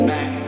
Back